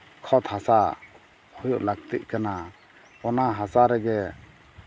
ᱠᱷᱚᱛ ᱦᱟᱥᱟ ᱦᱩᱭᱩᱜ ᱞᱟᱹᱠᱛᱤᱜ ᱠᱟᱱᱟ ᱚᱱᱟ ᱦᱟᱥᱟ ᱨᱮᱜᱮ